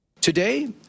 Today